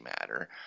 matter